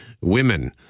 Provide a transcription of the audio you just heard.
women